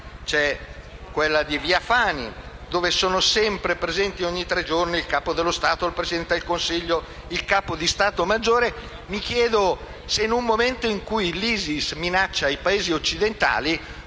strage di via Fani, dove sono sempre presenti ogni tre giorni il Capo dello Stato, il Presidente del Consiglio, il Capo di Stato maggiore. Mi chiedo se, in un momento in cui l'ISIS minaccia i Paesi occidentali,